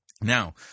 Now